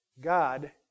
God